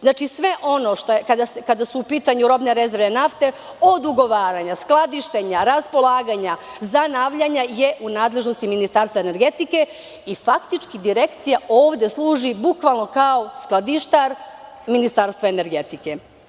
Znači, sve ono kada su u pitanju robne rezerve nafte od ugovaranja, skladištenja, raspolaganja, zanavljanja je u nadležnosti Ministarstva energetike i faktički Direkcija ovde služi bukvalno kao skladištar Ministarstva energetike.